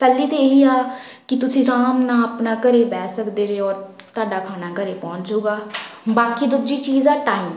ਪਹਿਲੀ ਤਾਂ ਇਹੀ ਆ ਕਿ ਤੁਸੀਂ ਆਰਾਮ ਨਾਲ ਆਪਣਾ ਘਰੇ ਬਹਿ ਸਕਦੇ ਜੇ ਔਰ ਤੁਹਾਡਾ ਖਾਣਾ ਘਰ ਪਹੁੰਚ ਜੂਗਾ ਬਾਕੀ ਦੂਜੀ ਚੀਜ਼ ਆ ਟਾਈਮ